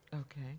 Okay